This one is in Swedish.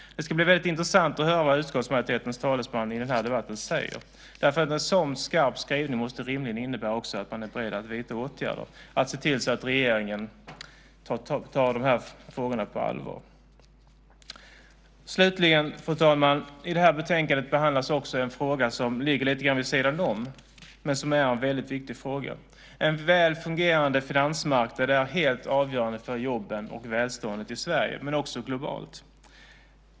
Det ska bli väldigt intressant att höra vad utskottsmajoritetens talesman i den här debatten säger. En sådan skarp skrivning måste rimligen också innebära att man är beredd att vidta åtgärder och se till att regeringen tar dessa frågor på allvar. Slutligen: I detta betänkande behandlas också en fråga som ligger lite grann vid sidan om men som är väldigt viktig. En väl fungerande finansmarknad är helt avgörande för jobben och välståndet i Sverige men också globalt.